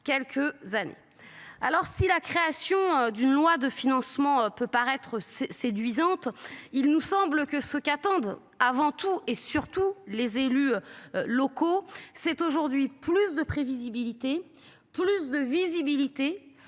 quelques années. Alors si la création d'une loi de financement peut paraître séduisante, il nous semble que ce qu'attendent avant tout et surtout les élus locaux, c'est aujourd'hui plus de prévisibilité plus de visibilité